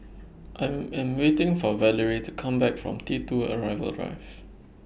I'm I'm waiting For Valery to Come Back from T two Arrival Drive